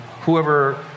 Whoever